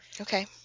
Okay